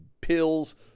pills